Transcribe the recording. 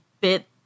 bit